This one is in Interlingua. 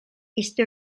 iste